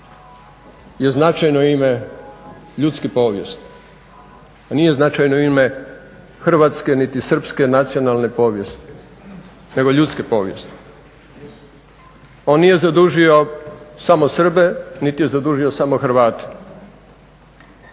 je značajno ime ljudske povijesti. Nije značajno ime hrvatske, niti srpske nacionalne povijesti, nego ljudske povijesti. On nije zadužio samo Srbe, niti je zadužio samo Hrvate,